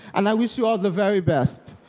and i wish you all the very best.